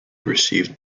received